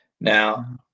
Now